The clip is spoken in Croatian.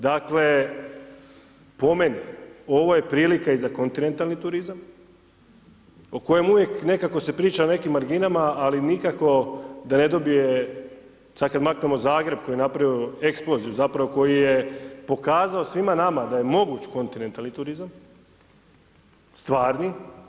Dakle, po meni ovo je prilika i za kontinentalni turizam, o kojima uvijek nekako se priča o nekim marginama, ali nikako da ne dobije, dakle, maknemo Zagreb koji je napravio eksploziju, koji je pokazao svima nama da je moguć kontinentalni turizam, stvarni.